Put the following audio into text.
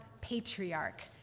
patriarch